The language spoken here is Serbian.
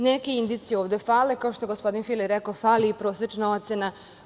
Neke indicije ovde fale, kao što je gospodin Fila rekao, fali i prosečna ocena.